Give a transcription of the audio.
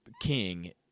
king